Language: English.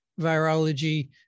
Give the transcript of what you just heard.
virology